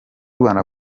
rwanda